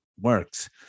works